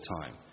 time